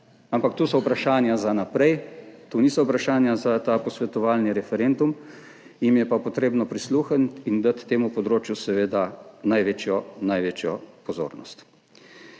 ampak to so vprašanja za naprej, to niso vprašanja za ta posvetovalni referendum, jim je pa treba prisluhniti in dati temu področju seveda največjo pozornost.